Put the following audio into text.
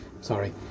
Sorry